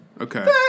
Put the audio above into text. Okay